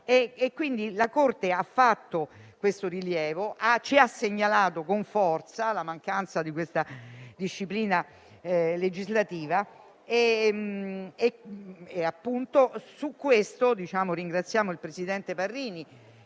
La Corte ha mosso questo rilievo e ci ha segnalato con forza la mancanza di una disciplina legislativa in materia. Ringraziamo il presidente Parrini,